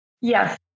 Yes